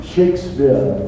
Shakespeare